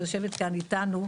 שיושבת כאן איתנו,